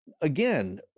again